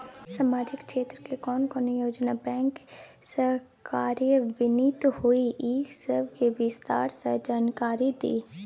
सामाजिक क्षेत्र के कोन कोन योजना बैंक स कार्यान्वित होय इ सब के विस्तार स जानकारी दिय?